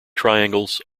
triangles